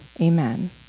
Amen